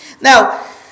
Now